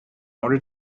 order